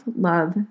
love